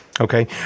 Okay